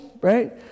right